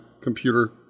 computer